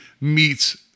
meets